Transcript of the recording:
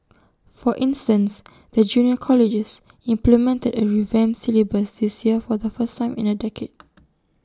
for instance the junior colleges implemented A revamped syllabus this year for the first time in A decade